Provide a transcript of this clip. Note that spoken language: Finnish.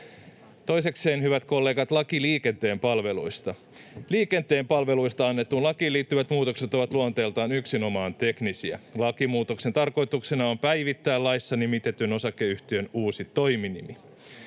Toisekseen, hyvät kollegat, laki liikenteen palveluista: Liikenteen palveluista annettuun lakiin liittyvät muutokset ovat luonteeltaan yksinomaan teknisiä. Lakimuutoksen tarkoituksena on päivittää laissa nimitetyn osakeyhtiön uusi toiminimi.